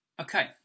Okay